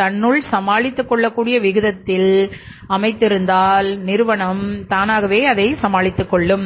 தானாகவே தன்னுள் சமாளித்து கொள்ள கூடிய விதத்தில் அமைந்து இருப்பதால் இவ்வாறு அழைக்கிறோம்